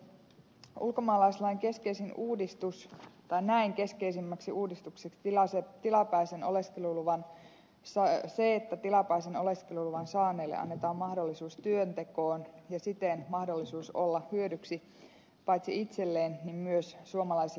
näen ulkomaalaislain keskeisin uudistus tai näin keskeisemmäksi uudistukset pilasi tilapäisen keskeisimmäksi uudistukseksi sen että tilapäisen oleskeluluvan saaneille annetaan mahdollisuus työntekoon ja siten mahdollisuus olla hyödyksi paitsi itselleen myös suomalaiselle yhteiskunnalle